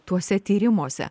tuose tyrimuose